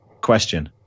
question